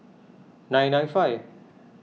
nine nine five